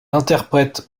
interprète